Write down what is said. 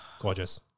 gorgeous